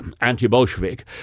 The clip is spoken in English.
anti-Bolshevik